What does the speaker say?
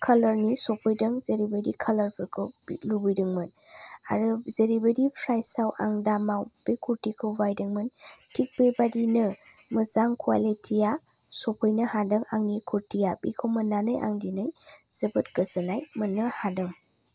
कालारनि सफैदों जेरैबायदि कालारफोरखौ लुबैदोंमोन आरो जेरैबायदि प्राइजाव आं दामाव बे कुर्तिखौ बायदोंमोन थिग बेबायदिनो मोजां क्वालिटिया सफैनो हादों आंनि कुर्तिया बेखौ मोन्नानै आं दिनै जोबोद गोजोननाय मोन्नो हादों